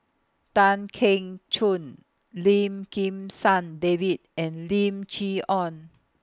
Tan Keong Choon Lim Kim San David and Lim Chee Onn